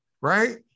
right